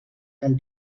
del